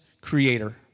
creator